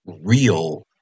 real